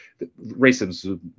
racism